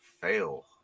Fail